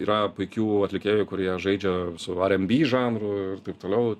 yra puikių atlikėjų kurie žaidžia su aren by žanru ir taip toliau